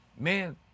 man